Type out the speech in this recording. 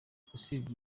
usibye